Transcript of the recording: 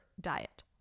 Diet